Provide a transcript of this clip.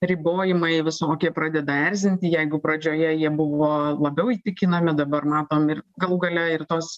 ribojimai visokie pradeda erzinti jeigu pradžioje jie buvo labiau įtikinami dabar matom ir galų gale ir tos